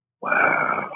Wow